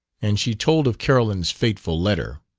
and she told of carolyn's fateful letter.